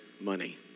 money